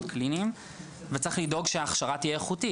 קליניים וצריך לדאוג שההכשרה תהיה איכותית.